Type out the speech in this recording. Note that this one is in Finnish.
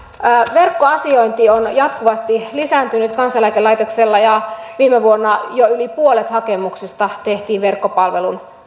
verkkoasiointi on jatkuvasti lisääntynyt kansaneläkelaitoksella ja viime vuonna jo yli puolet hakemuksista tehtiin verkkopalvelun